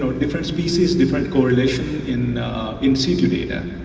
so different species, different correlations in in c two data,